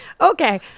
okay